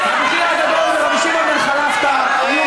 רבי חייא הגדול ורבי שמעון בן חלפתא היו